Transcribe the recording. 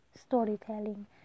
storytelling